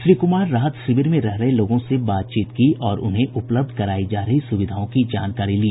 उन्होंने राहत शिविर में रह रहे लोगों से बातचीत की और उन्हें उपलब्ध करायी जा रही सुविधाओं की जानकारी ली